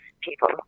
people